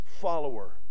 follower